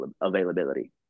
availability